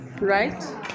right